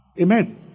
Amen